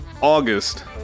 August